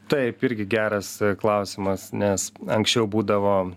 taip irgi geras klausimas nes anksčiau būdavo